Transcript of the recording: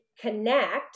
connect